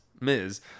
Miz